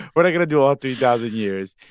we're not going to do all three thousand years,